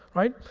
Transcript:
right?